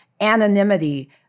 anonymity